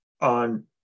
on